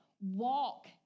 Walk